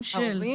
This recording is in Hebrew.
האוזר,